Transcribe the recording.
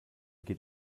geht